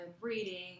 reading